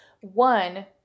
One